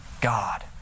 God